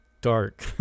dark